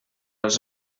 els